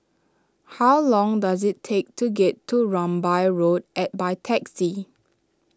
how long does it take to get to Rambai Road and by taxi